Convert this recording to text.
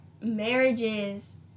marriages